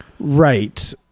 Right